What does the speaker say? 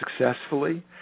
successfully